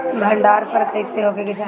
भंडार घर कईसे होखे के चाही?